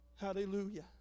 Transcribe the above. Hallelujah